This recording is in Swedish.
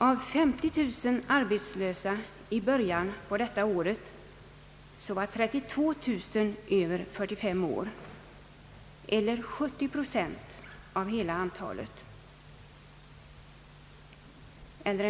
Av 50 000 arbetslösa i början av detta år var 32 000 över 45 år, eller 70 procent av hela antalet arbetslösa.